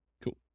Cool